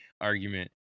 argument